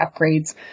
upgrades